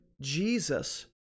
Jesus